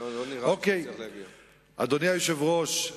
אדוני היושב-ראש,